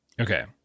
Okay